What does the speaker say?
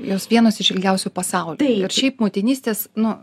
jos vienos iš ilgiausių pasaulyje ir šiaip motinystės nu